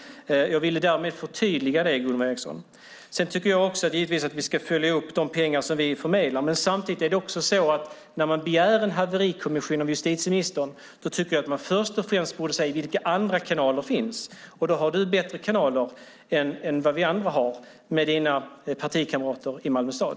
Jag ville därmed förtydliga det, Gunvor Ericson. Vi ska givetvis följa upp de pengar vi förmedlar. När man begär att justitieministern ska tillsätta en haverikommission borde man först och främst se efter vilka andra kanaler som finns. Du har bättre kanaler än vad vi andra har med dina partikamrater i Malmö stad.